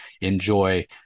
enjoy